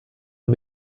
der